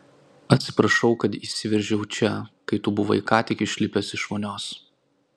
atsiprašau kad įsiveržiau čia kai tu buvai ką tik išlipęs iš vonios